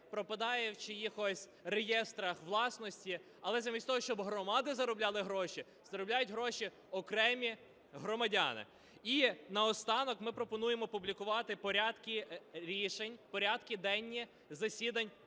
пропадає в чиїхось реєстрах власності. Але замість того, щоб громади заробляли гроші, заробляють гроші окремі громадяни. І наостанок. Ми пропонуємо опублікувати порядки рішень, порядки денні засідань